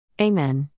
Amen